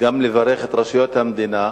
גם לברך את רשויות המדינה,